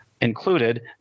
included